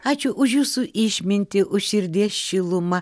ačiū už jūsų išmintį už širdies šilumą